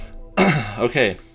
Okay